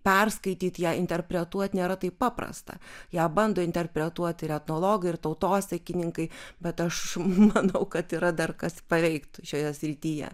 perskaityt ją interpretuot nėra taip paprasta ją bando interpretuot ir etnologai ir tautosakininkai bet aš manau kad yra dar kas paveikt šioje srityje